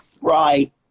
Right